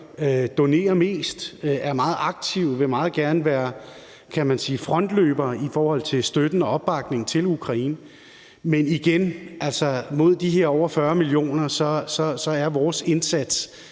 donerer mest. Vi er meget aktive og vil meget gerne være, kan man sige, frontløbere i forhold til støtten og opbakningen til Ukraine. Men igen holdt op imod de her over 40 millioner ukrainere er vores indsats